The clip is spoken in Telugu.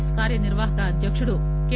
ఎస్ కార్యనిర్వాహక అధ్యకుడు కె